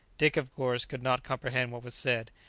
dick, of course, could not comprehend what was said,